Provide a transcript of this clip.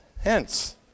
hence